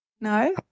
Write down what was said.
No